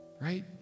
Right